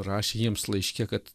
rašė jiems laiške kad